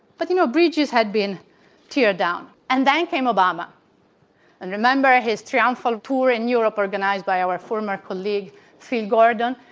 but you know, bridges had been teared down. and then came obama and remember his triumphant war tour in europe organized by our former colleague c. gordon.